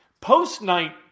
Post-night